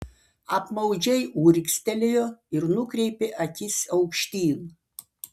apmaudžiai urgztelėjo ir nukreipė akis aukštyn